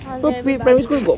oh level primary